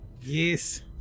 Yes